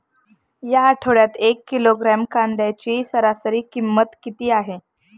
या आठवड्यात एक किलोग्रॅम कांद्याची सरासरी किंमत किती आहे?